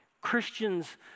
Christians